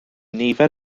nifer